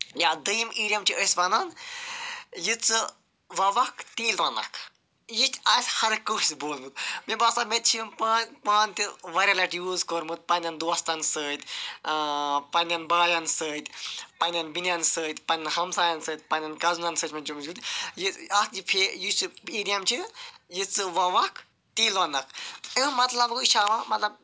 یا دٔیِم ایٖڈیَم چھِ أسۍ ونان یہِ ژٕ وَوَکھ تی لوٚنَکھ یہِ آسہِ ہر کٲنٛسہِ بوٗزمُت مےٚ باسان مےٚ باسان مےٚ تہِ چھِ یِم پانہٕ پانہٕ تہِ واریاہ لَٹہِ یوٗز کوٚرمُت پَننیٚن دوستَن سۭتۍ پَننیٚن بایَن سۭتۍ پَننیٚن بیٚنیٚن سۭتۍ پَننیٚن ہَمسایَن سۭتۍ پَننیٚن کَزنَن سۭتۍ یہِ ایٖڈیَم چھ یہِ ژٕ وَوَکھ تی لوٚنَکھ امیُک مَطلَب گوٚو یہِ چھُ ہاوان